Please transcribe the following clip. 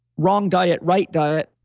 wrong diet, right diet,